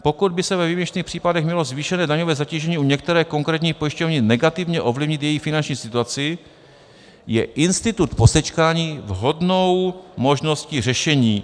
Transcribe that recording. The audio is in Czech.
Pokud by ve výjimečných případech mělo zvýšené daňové zatížení u některé konkrétní pojišťovny negativně ovlivnit její finanční situaci, je institut posečkání vhodnou možností řešení...